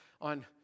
on